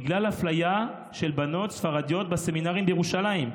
בגלל אפליה של בנות ספרדיות בסמינרים בירושלים.